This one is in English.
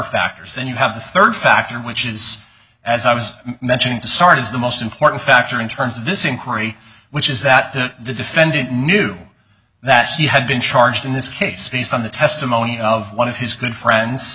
factors and you have the third factor which is as i was mentioning to start is the most important factor in terms of this inquiry which is that the defendant knew that he had been charged in this case based on the testimony of one of his good friends